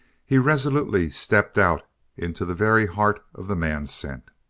he resolutely stepped out into the very heart of the man-scent.